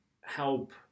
help